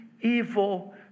evil